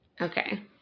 Okay